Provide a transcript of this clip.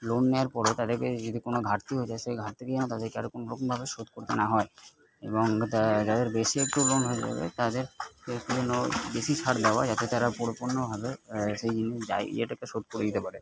loan নেওয়ার পরেও তাদেরকে যদি কোনো ঘাটতি হয়ে যায় সেই ঘাটতিকে যেন তাদেরকে আরো অন্য রকমভাবে শোধ করতে না হয় এবং তারা যাদের বেশি একটু ওরম হয়ে যাবে তাদের জন্য বেশি সার দেওয়া যাতে তারা পরিপূর্ণভাবে সেই জিনিসটায় ইয়েটাকে শোধ করে দিতে পারে